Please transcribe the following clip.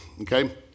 okay